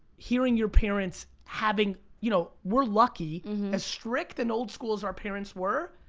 hearing your parents having, you know we're lucky, as strict and old school as our parents were,